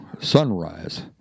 Sunrise